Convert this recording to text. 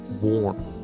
warm